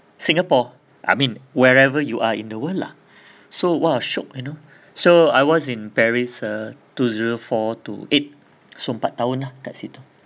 singapore I mean wherever you are in the world lah so !wah! shiok you know so I was in paris uh two zero four to eight so empat tahun ah kat situ